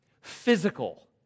physical